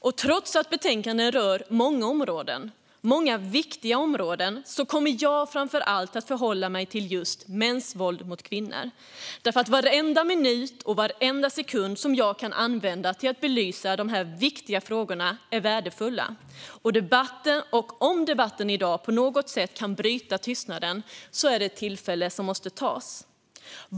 Trots att betänkandet rör många viktiga områden kommer jag att framför allt uppehålla mig vid just mäns våld mot kvinnor, för varenda minut och sekund jag kan använda till att belysa dessa viktiga frågor är värdefulla. Om debatten i dag på något sätt kan bryta tystnaden är det ett tillfälle som måste tas.